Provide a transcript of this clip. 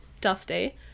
Dusty